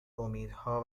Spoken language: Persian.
امیدها